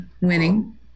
Winning